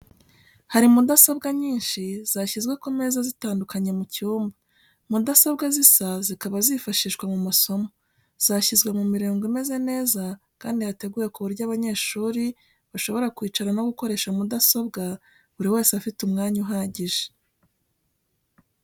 Hari mudasobwa nyinshi zashyizwe ku meza zitandukanye mu cyumba. Mudasobwa zisa zikaba zifashishwa mu masomo. Zashyizwe mu mirongo imeze neza kandi yateguwe ku buryo abanyeshuri bashobora kwicara no gukoresha mudasobwa buri wese afite umwanya uhagije.